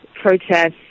protests